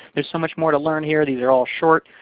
there's so much more to learn here. these are all short,